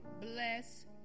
bless